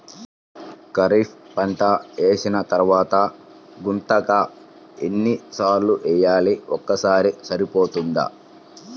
ఖరీఫ్ పంట కోసిన తరువాత గుంతక ఎన్ని సార్లు వేయాలి? ఒక్కసారి సరిపోతుందా?